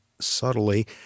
subtly